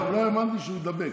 אני, אגב, לא האמנתי שהוא יידבק.